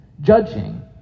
judging